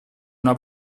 una